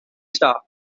star